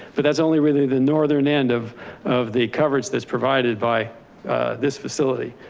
but that's only really the northern end of of the coverage that's provided by this facility.